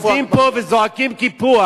שאתם יום-יום עומדים פה וזועקים "קיפוח".